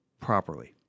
properly